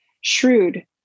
Shrewd